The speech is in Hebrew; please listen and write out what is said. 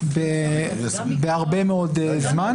בהרבה מאוד זמן.